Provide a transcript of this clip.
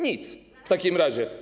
Nic, w takim razie.